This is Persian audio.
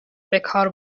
بهکار